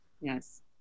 Yes